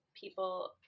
people